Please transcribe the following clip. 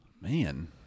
man